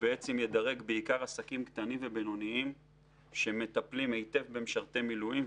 בעיקר עסקים קטנים ובינוניים שמטפלים היטב במשרתי מילואים,